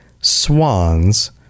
swans